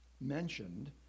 mentioned